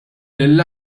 lil